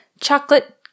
chocolate